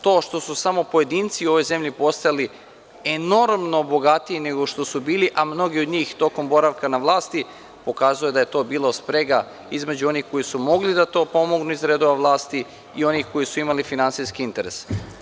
To što su samo pojedinci u ovoj zemlji postajali enormno bogatiji nego što su bili, a mnogi od njih tokom boravka na vlasti, pokazuje da je to bila sprega između onih koji su to mogli da pomognu iz redova vlasti i onih koji su imali finansijski interes.